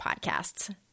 podcasts